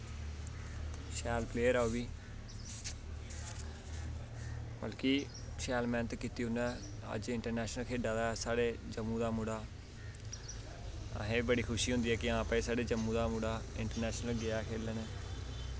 शैल प्लेयर ऐ ओह् बी मतलब कि शैल मैह्नत कीती उन्नै अज्ज इंट्रनैशनल खेढा दा ऐ साढ़े जम्मू दा मुड़ा असेंगी बी बड़ी खुशी होंदी ऐ कि हां भाई साढ़े अपने जम्मू दा मुड़ा इंट्रनैशनल गेआ खेलन